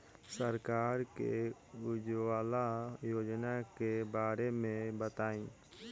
सरकार के उज्जवला योजना के बारे में बताईं?